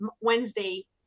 wednesday